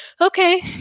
okay